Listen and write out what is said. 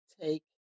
take